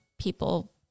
people